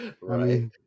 Right